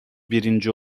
birinci